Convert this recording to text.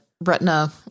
Retina